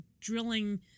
drilling